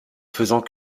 faisant